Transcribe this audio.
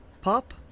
Pop